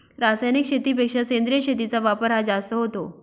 रासायनिक शेतीपेक्षा सेंद्रिय शेतीचा वापर हा जास्त होतो